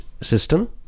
system